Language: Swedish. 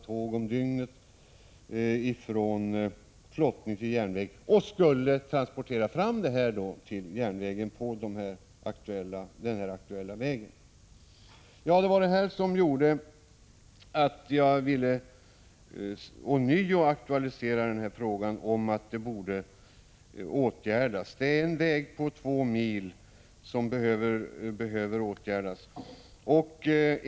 Det krävdes flera tåg om dygnet, och virket skulle transporteras till järnvägen på den nu aktuella vägen. Detta är bakgrunden till att jag ånyo har velat aktualisera frågan. Det är en vägsträcka på två mil som behöver åtgärdas.